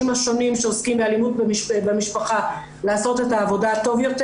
השונים שעוסקים באלימות במשפחה לעשות את העבודה טוב יותר.